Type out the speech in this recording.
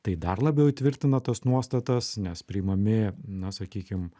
tai dar labiau įtvirtina tas nuostatas nes priimami na sakykim